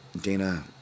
Dana